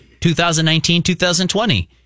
2019-2020